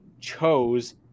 chose